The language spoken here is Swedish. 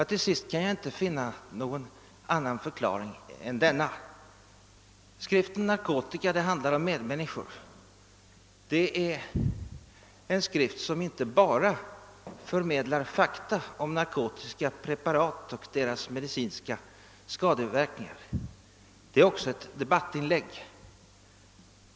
Till sist kan jag inte finna någon annan förklaring än att skriften »Narkotika — det handlar om medmänniskor» är en skrift som inte bara förmedlar fakta om narkotikapreparat och deras medicinska skadeverkningar, utan den är också ett debattinlägg.